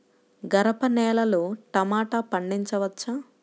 గరపనేలలో టమాటా పండించవచ్చా?